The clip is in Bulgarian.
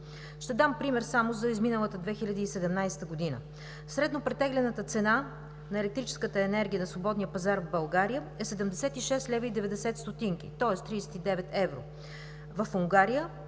Ще дам пример: само за изминалата 2017 г. средно претеглената цена на електрическата енергия на свободния пазар в България е 76,90 лв., тоест 39 евро, в Унгария